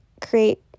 create